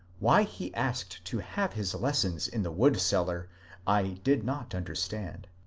why he asked to have his lessons in the wood-cellar i did not un derstand.